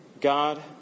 God